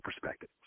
perspective